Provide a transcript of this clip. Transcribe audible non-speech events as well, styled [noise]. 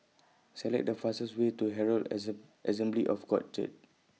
Select The fastest Way to Herald [unintelligible] Assembly of God Church